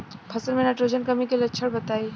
फसल में नाइट्रोजन कमी के लक्षण बताइ?